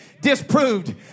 disproved